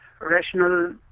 rational